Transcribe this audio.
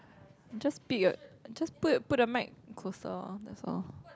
just speak your~ just put put the mic closer lor that's all